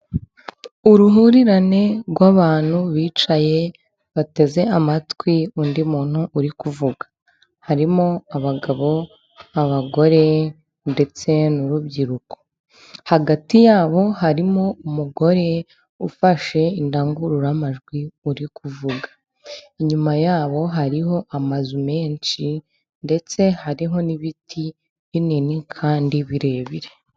Uruhurirane rw'abantu bicaye bateze amatwi undi muntu uri kuvuga. Harimo abagabo, abagore ndetse n'urubyiruko. Hagati yabo harimo umugore ufashe indangururamajwi uri kuvuga, inyuma yabo hariho amazu menshi ndetse hariho n'ibiti binini kandi birebire.